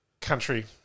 Country